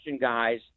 guys